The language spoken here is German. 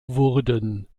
wurden